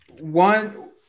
One